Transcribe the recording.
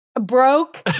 Broke